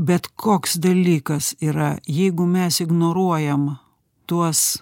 bet koks dalykas yra jeigu mes ignoruojam tuos